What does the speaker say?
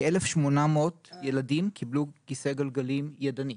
כ-1,800 קיבלו כיסא גלגלים ידני.